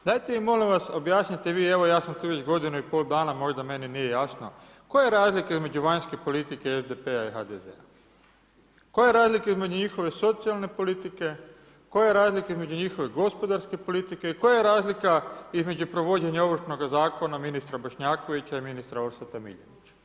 Dajte mi molim vas objasnite vi evo ja sam tu već godinu i pol dana možda meni nije jasno, koja je razlika između vanjske politike SDP-a i HDZ-a? koja je razlika između njihove socijalne politike, koja je razlika između njihove gospodarske politike i koja je razlika između provođenja Ovršnoga zakona ministra Bošnjakovića i ministra Orsata MIljenića?